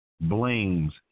blames